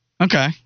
Okay